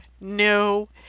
No